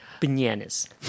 bananas